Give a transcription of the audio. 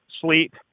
sleep